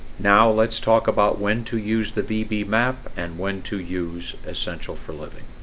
now let's talk about when to use the bb map and when to use essential for living